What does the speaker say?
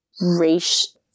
race